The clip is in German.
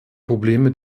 probleme